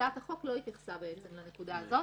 הצעת החוק לא התייחסה לנקודה הזאת.